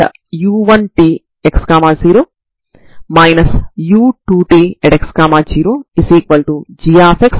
a మరియు b లనే ఎందుకు తీసుకోవాలి